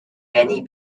many